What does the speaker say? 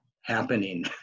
happening